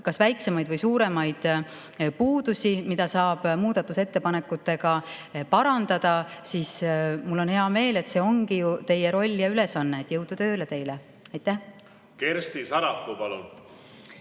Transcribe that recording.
on väiksemaid või suuremaid puudusi, mida saab muudatusettepanekutega parandada, siis mul on hea meel. See ongi ju teie roll ja ülesanne. Jõudu tööle teile! Aitäh! Esiteks, minu